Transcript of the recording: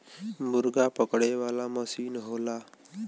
मुरगा पकड़े वाला मसीन होला